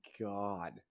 god